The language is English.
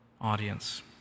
audience